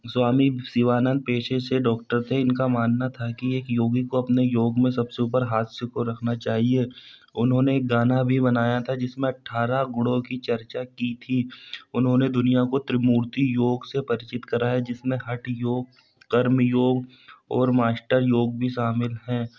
स्वामी शिवानन्द पेशे से डॉक्टर थे इनका मानना था कि एक योगी को अपने योग मे सब से ऊपर हास्य को रखना चाहिए उन्होंने एक गाना भी बनाया था जिस में अट्ठारह गुणों की चर्चा की थी उन्होंने दुनिया को त्रिमूर्ति योग से परचित कराया जिस में हठ योग कर्म योग और अष्ट योग भी शामिल हैं